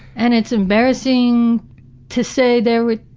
and, it's embarrassing to say there would,